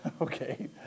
Okay